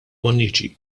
bonnici